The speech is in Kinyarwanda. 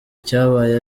icyabaye